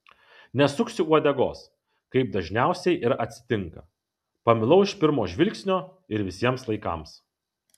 nesuksiu uodegos kaip dažniausiai ir atsitinka pamilau iš pirmo žvilgsnio ir visiems laikams